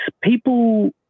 People